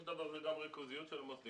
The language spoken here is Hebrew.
של דבר זה גם ריכוזיות של המוסדיים.